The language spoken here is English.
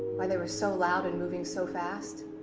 why they were so loud and moving so fast,